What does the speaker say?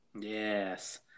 yes